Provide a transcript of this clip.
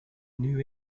new